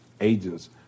agents